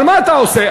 אבל מה אתה עושה?